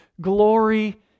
glory